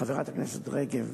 חברת הכנסת רגב,